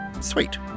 sweet